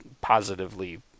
positively